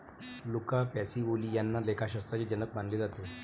Luca Pacioli यांना लेखाशास्त्राचे जनक मानले जाते